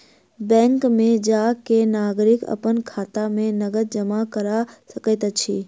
bank में जा के नागरिक अपन खाता में नकद जमा करा सकैत अछि